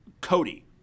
Cody